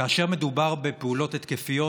כאשר מדובר בפעולות התקפיות,